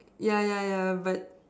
yeah yeah yeah but